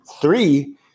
three